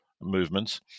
movements